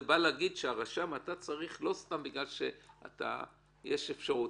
זה בא להגיד שאתה צריך לא סתם בגלל שיש אפשרות.